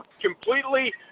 completely